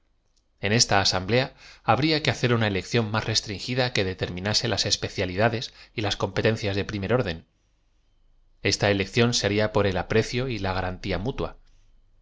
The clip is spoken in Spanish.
en t a asam blea habría que hacer una elección más restringida que determinase las especialidades j las competencias de primer orden esta elección se haría por el aprecio la garantía mutua